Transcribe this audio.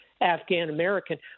Afghan-American